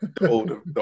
older